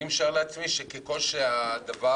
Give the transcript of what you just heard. אני משער לעצמי שככל שהדבר